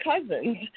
cousins